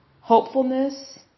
hopefulness